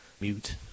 Mute